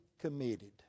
committed